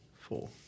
Four